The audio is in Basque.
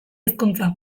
hizkuntza